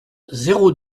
zéro